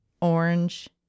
orange